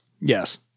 Yes